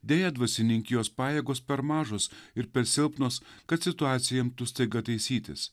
deja dvasininkijos pajėgos per mažos ir per silpnos kad situacija imtų staiga taisytis